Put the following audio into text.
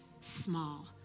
small